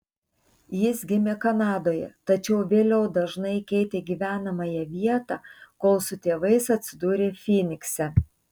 jis gimė kanadoje tačiau vėliau dažnai keitė gyvenamąją vietą kol su tėvais atsidūrė fynikse